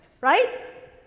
right